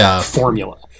formula